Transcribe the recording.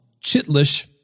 Chitlish